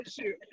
Shoot